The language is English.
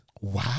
Wow